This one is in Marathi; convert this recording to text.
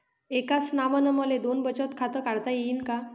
एकाच नावानं मले दोन बचत खातं काढता येईन का?